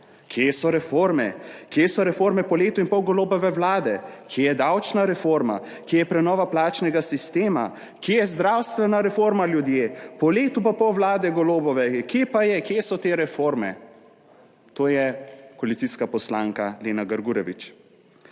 Kje so reforme, kje so reforme po letu in pol Golobove vlade? Kje je davčna reforma, kje je prenova plačnega sistema, kje je zdravstvena reforma ljudje po letu pa pol vlade Golobove? Kje pa je, kje so te reforme? To je koalicijska poslanka Lena Grgurevič.